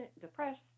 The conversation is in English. depressed